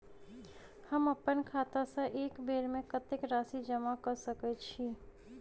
हम अप्पन खाता सँ एक बेर मे कत्तेक राशि जमा कऽ सकैत छी?